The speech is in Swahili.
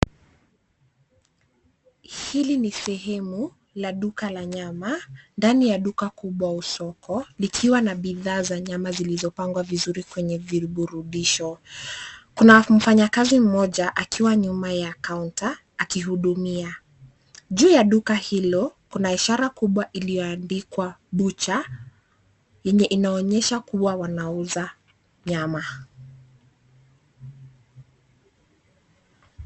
Hili ni sehemu la duka la nyama ndani ya duka kubwa au soko, likiwa na bidhaa za nyama zilizopangwa vizuri kwenye viburudisho. Kuna mfanyakazi mmoja akiwa nyuma ya kaunta akihudumia. Juu ya duka hilo, kuna ishara kubwa iliyoandikwa butcher yenye inaonyesha kuwa wanauza nyama.